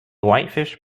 whitefish